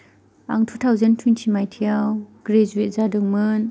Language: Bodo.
आं टु थावजेन टुइन्टि मायथाइआव ग्रेजुवेट जादोंमोन